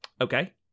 Okay